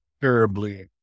terribly